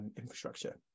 infrastructure